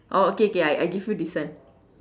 orh okay k I I give you this one